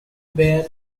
bear